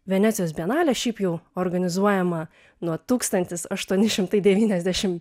venecijos bienalė šiaip jau organizuojama nuo tūkstantis aštuoni šimtai devyniasdešimt